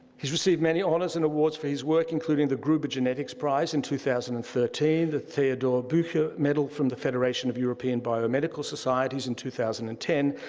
he's received many honors and awards for his work, including the gruber genetics prize in two thousand and thirteen, the theodor ah bucher medal from the federation of european biomedical societies in two thousand and ten.